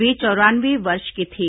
वे चौरानवे वर्ष के थे